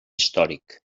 històric